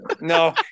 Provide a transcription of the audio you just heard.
No